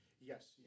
Yes